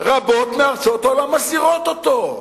רבות מארצות העולם מסדירות אותו.